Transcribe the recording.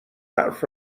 حرف